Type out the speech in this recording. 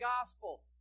gospel